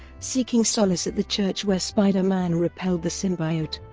seeking solace at the church where spider-man repelled the symbiote,